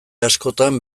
askotan